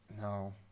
No